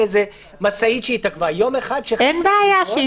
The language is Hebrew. יכול להיות שיהיו בעוד שבוע או